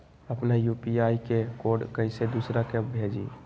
अपना यू.पी.आई के कोड कईसे दूसरा के भेजी?